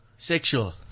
Sexual